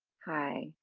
hi,